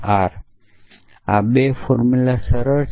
આ 2 ફોર્મુલા સરળ છે